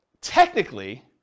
technically